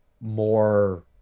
more